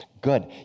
Good